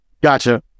gotcha